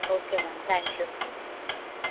okay ma'am thank you